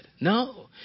No